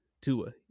Tua